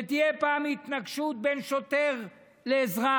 כשתהיה פעם התנגשות בין שוטר לאזרח,